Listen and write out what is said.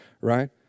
right